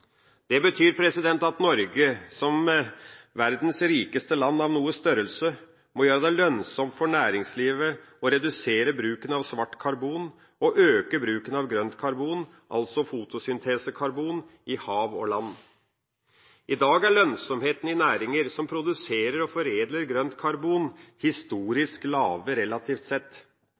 Det betyr at Norge, som verdens rikeste land av noe størrelse, må gjøre det lønnsomt for næringslivet å redusere bruken av svart karbon og øke bruken av grønt karbon, altså fotosyntesekarbon, i hav og på land. I dag er lønnsomheten i næringer som produserer og foredler grønt karbon, historisk lav, relativt sett.